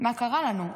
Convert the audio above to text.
מה קרה לנו?